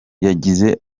yagize